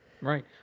right